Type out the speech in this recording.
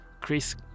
chris